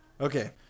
Okay